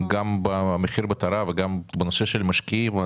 גם במחיר מטרה וגם בנושא משקיעים,